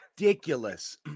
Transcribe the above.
ridiculous